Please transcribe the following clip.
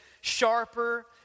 sharper